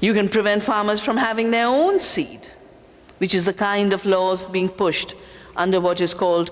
you can prevent farmers from having their own seed which is the kind of laws being pushed under what is called